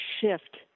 shift